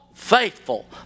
faithful